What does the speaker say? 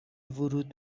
ورود